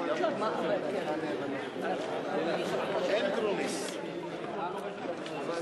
מרצ העבודה להביע אי-אמון בממשלה לא נתקבלה.